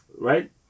right